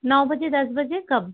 नौ बजे दस बजे कब